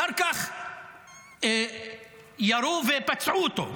אחר כך ירו ופצעו אותו,